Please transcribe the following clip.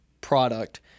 product